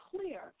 clear